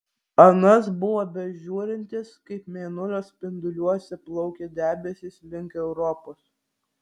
anas buvo bežiūrintis kaip mėnulio spinduliuose plaukia debesys link europos